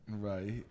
Right